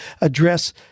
address